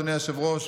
אדוני היושב-ראש,